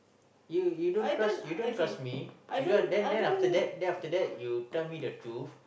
you you don't trust you don't trust me you don't then then after that then after that you tell me the truth